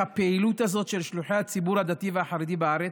הפעילות הזאת של שלוחי הציבור הדתי והחרדי בארץ,